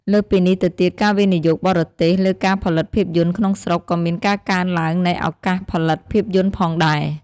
លើសពីនេះទៅទៀតការវិនិយោគបរទេសលើការផលិតភាពយន្តក្នុងស្រុកក៏មានការកើនឡើងនៃឱកាសផលិតភាពយន្តផងដែរ។